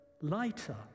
lighter